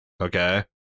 Okay